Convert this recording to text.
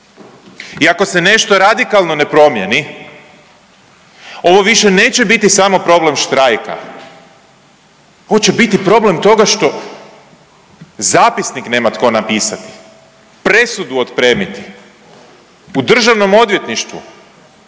I ako se nešto radikalno ne promijeni ovo više neće biti samo problem štrajka, ovo će biti problem što zapisnik nema tko napisati, presudu otpremiti u državnom odvjetništvu